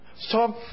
Stop